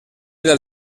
del